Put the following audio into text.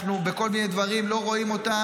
בכל מיני דברים אנחנו לא רואים אותם.